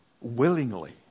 willingly